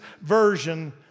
version